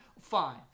fine